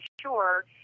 sure